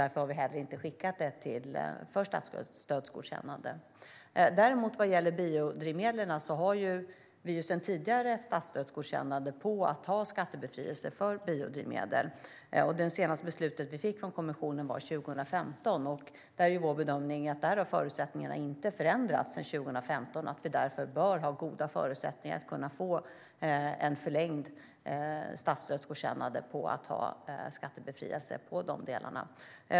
Därför har vi inte heller skickat in det för statsstödsgodkännande. När det gäller biodrivmedlen däremot har vi sedan tidigare statsstödsgodkännande för att ha skattebefrielse för biodrivmedel. Det senaste beslutet vi fick från kommissionen är från 2015. Vår bedömning är att de förutsättningarna inte har förändrats sedan 2015. Vi bör därför ha goda förutsättningar för att få förlängt statsstödsgodkännande för skattebefrielse på de delarna.